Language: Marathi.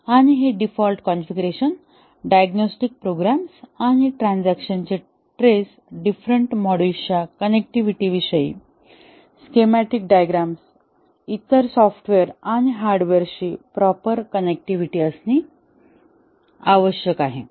आणि हे डीफॉल्ट कॉन्फिगरेशन डायग्नोस्टिक प्रोग्राम्स आणि ट्रान्झॅक्शनचे ट्रेस डिफरेन्ट मॉड्यूल्सच्या कनेक्टिव्हिटीविषयी स्किम्याटिक डायग्रॅम्स इतर सॉफ्टवेअर आणि हार्डवेअरशी प्रॉपर कोनेक्टिव्हिटी असणे आवश्यक आहे